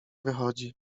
wychodzi